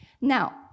Now